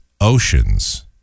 oceans